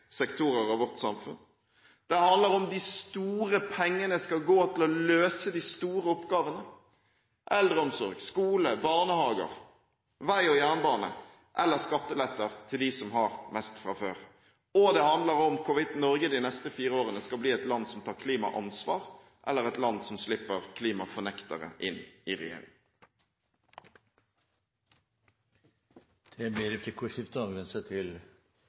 sektorer i vårt samfunn. Det handler om de store pengene skal gå til å løse de store oppgavene – eldreomsorg, skole, barnehage, vei og jernbane, – eller til skatteletter til dem som har mest fra før. Og det handler om hvorvidt Norge de neste fire årene skal bli et land som tar klimaansvar, eller et land som slipper klimafornektere inn i regjering. Det blir replikkordskifte. Å lytte til